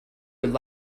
would